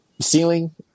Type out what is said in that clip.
ceiling